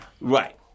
Right